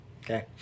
Okay